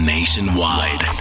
Nationwide